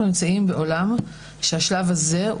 אנחנו נמצאים בעולם שבו השלב הזה,